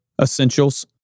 essentials